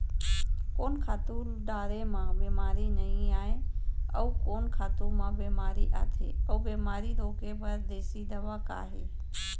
कोन खातू डारे म बेमारी नई आये, अऊ कोन खातू म बेमारी आथे अऊ बेमारी रोके बर देसी दवा का हे?